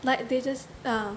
like they just um